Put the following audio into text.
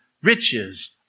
Riches